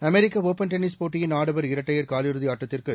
அமெரிக்கஒபன் tennis போட்டியின் ஆடவர் இரட்டையர் காலிறுதிஆட்டத்திற்கு